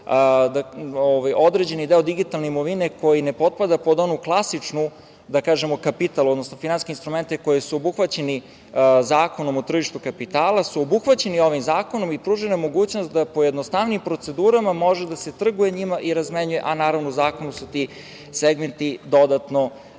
određen deo digitalne imovine koji ne potpada pod onu klasičnu, da kažemo kapital, odnosno finansijski instrumenti koji su obuhvaćeni Zakonom o tržištu kapitala su obuhvaćeni ovim zakonom i pružena je mogućnost da po jednostavnijim procedurama može da se trguje njima i da se trguje njima i razmenjuje, a naravno zakonom su ti segmenti dodatno